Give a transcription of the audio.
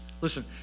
Listen